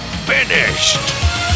FINISHED